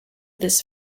this